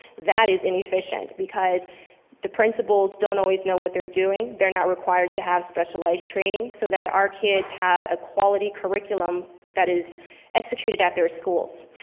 that is inefficient. because the principals don't always know what they're doing, they're not required to have specialized training so that our kids have a quality curriculum that is executed at their schools.